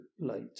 late